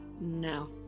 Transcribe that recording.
No